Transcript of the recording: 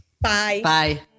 Bye